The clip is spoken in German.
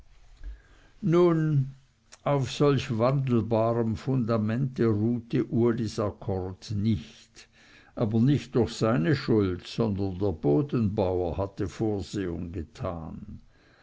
nun auf solch wandelbarem fundamente ruhte ulis akkord nicht aber nicht durch seine schuld sondern der bodenbauer hatte vorsehung getan